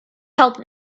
helped